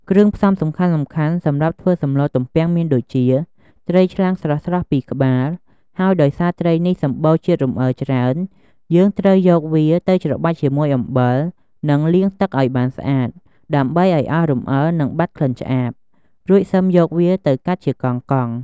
គ្រឿងផ្សំសំខាន់ៗសម្រាប់ធ្វើសម្លទំពាំងមានដូចជា ត្រីឆ្លាំងស្រស់ៗ ២ក្បាល ហើយដោយសារត្រីនេះសម្បូរជាតិរំអិលច្រើន យើងត្រូវយកវាទៅច្របាច់ជាមួយអំបិល និងលាងទឹកឱ្យបានស្អាត ដើម្បីឱ្យអស់រំអិល និងបាត់ក្លិនឆ្អាប រួចសិមយកវាទៅកាត់ជាកង់ៗ